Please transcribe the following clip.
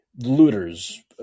looters